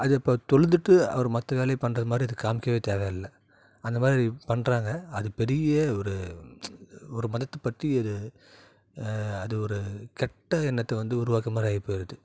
அதை இப்போ தொழுதுட்டு அவர் மற்ற வேலையை பண்ணுறது மாதிரி அது காமிக்கவே தேவை இல்லை அந்த மாதிரி பண்ணுறாங்க அது பெரிய ஒரு ஒரு மதத்தை பற்றி அது அது ஒரு கெட்ட எண்ணத்தை வந்து உருவாக்கிற மாதிரி ஆயி போயிருது